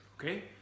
okay